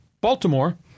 Baltimore